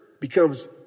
becomes